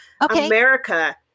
America